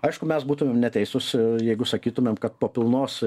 aišku mes būtumėm neteisūs jeigu sakytumėm kad po pilnos